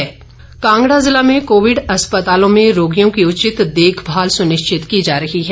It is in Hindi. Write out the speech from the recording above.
कांगडा उपायुक्त कांगड़ा ज़िला में कोविड अस्पतालों में रोगियों की उचित देखमाल सुनिश्चित की जा रही है